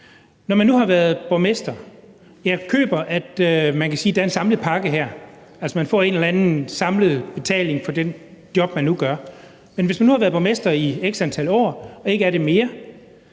er rimeligt. Jeg køber, at man kan sige, at der er en samlet pakke her – altså at man får en eller anden samlet betaling for det job, man nu gør. Men hvis man nu har været borgmester i x antal år og ikke er det mere,